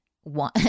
one